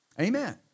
Amen